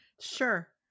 Sure